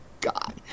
god